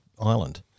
island